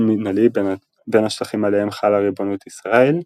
מינהלי בין השטחים עליהם חלה ריבונות ישראל,